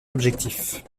objectifs